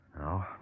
No